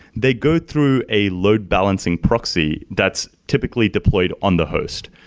they go through a load balancing proxy that's typically deployed on the host.